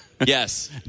Yes